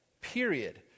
Period